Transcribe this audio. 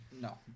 No